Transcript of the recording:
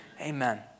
Amen